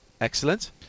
Excellent